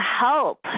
help